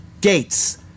gates